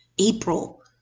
April